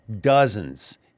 dozens